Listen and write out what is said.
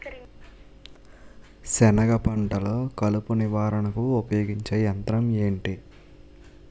సెనగ పంటలో కలుపు నివారణకు ఉపయోగించే యంత్రం ఏంటి?